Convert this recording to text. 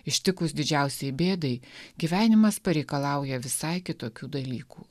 ištikus didžiausiai bėdai gyvenimas pareikalauja visai kitokių dalykų